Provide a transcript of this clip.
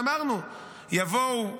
ואמרנו, יבואו,